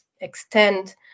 extend